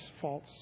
false